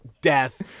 death